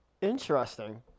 Interesting